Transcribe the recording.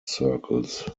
circles